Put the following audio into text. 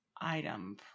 item